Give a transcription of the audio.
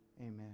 Amen